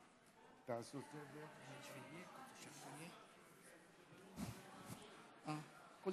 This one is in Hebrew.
אדוני היושב-ראש, חבריי השרים, הרבה זמן לא